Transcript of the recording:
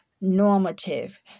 normative